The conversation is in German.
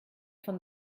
von